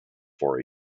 for